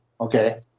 Okay